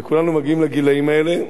וכולנו מגיעים לגילים האלה.